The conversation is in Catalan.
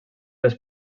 les